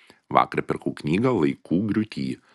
vakar pirkau knygą laikų griūty